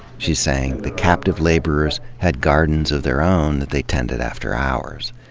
she's saying, the captive laborers had gardens of their own that they tended after hours.